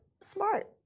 smart